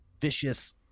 vicious